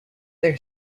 their